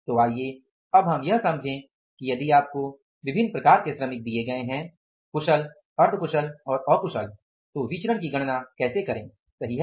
तो आइए अब हम यह समझें कि यदि आपको विभिन्न प्रकार के श्रमिक दिए गए हैं कुशल अर्ध कुशल और अकुशल तो विचरण की गणना कैसे करें सही है